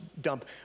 dump